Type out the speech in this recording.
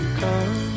come